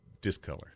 Discolor